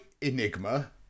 Enigma